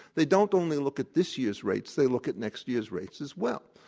they don't only look at this year's rates, they look at next year's rates as well.